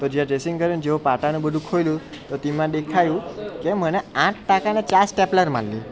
તો જે આ ડ્રેસિંગ કરી ને જેવું પાટા ને બધું ખોલ્યું તો તેમાં દેખાયું કે મને આઠ ટાંકા ને ચાર સ્ટેપલર મારેલી